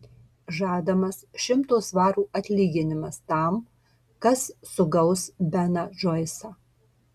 žadamas šimto svarų atlyginimas tam kas sugaus beną džoisą